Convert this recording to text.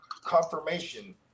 confirmation